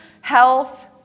health